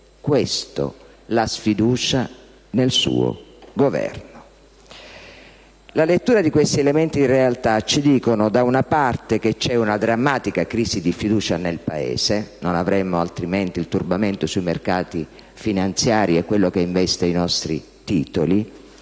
questo: la sfiducia nel suo Governo. La lettura di questi elementi in realtà ci dice da una parte che c'è una drammatica crisi di fiducia nel Paese (non avremmo altrimenti il turbamento sui mercati finanziari e quello che investe i nostri titoli);